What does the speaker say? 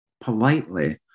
politely